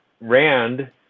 Rand